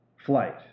flight